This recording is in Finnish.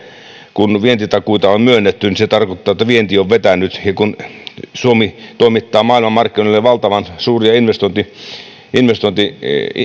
kun vientitakuita on myönnetty niin se tarkoittaa että vienti on vetänyt ja kun suomi toimittaa maailmanmarkkinoille valtavan suuria investointeja